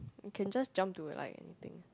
I can just jump to like anything